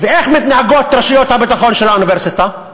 ואיך מתנהגות רשויות הביטחון של האוניברסיטה?